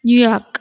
New York